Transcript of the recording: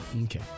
okay